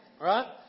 Right